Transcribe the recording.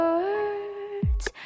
words